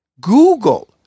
Google